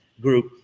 group